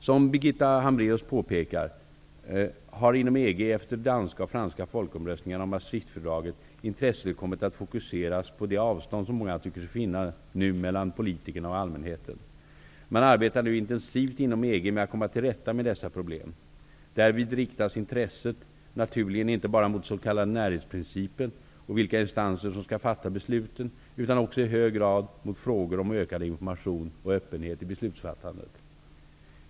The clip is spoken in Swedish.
Som Birgitta Hambraeus pekar på har inom EG Maastrichtfördraget intresset kommit att fokuseras på det avstånd som många nu tycker sig finna mellan politikerna och allmänheten. Man arbetar inom EG intensivt med att komma till rätta med dessa problem. Därvid riktas intresset naturligen inte bara mot den s.k. närhetsprincipen och vilka instanser som skall fatta besluten utan också i hög grad mot frågor om ökad information och öppenhet i beslutsfattandet.